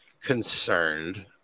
concerned